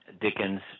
Dickens